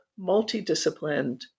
multidisciplined